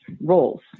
roles